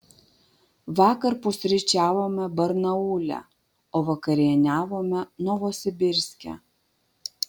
vakar pusryčiavome barnaule o vakarieniavome novosibirske